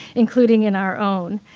including in our own.